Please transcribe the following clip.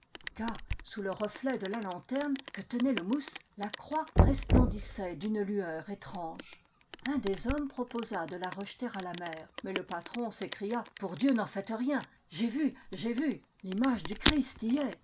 car sous le reflet de la lanterne que tenait le mousse la croix resplen dissait d'une lueur étrange un des hommes proposa de la rejeter à la mer mais le patron s'écria pour dieu n'en faites rien j'ai vu j'ai vu l'image du christ